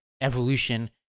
evolution